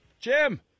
Jim